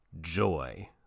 joy